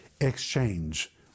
exchange